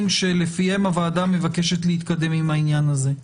שלפיהם הוועדה מבקשת להתקדם עם העניין הזה.